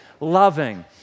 loving